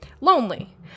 lonely